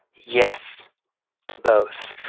yes to both.